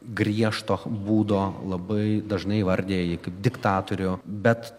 griežto būdo labai dažnai įvardija jį kaip diktatorių bet